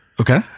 Okay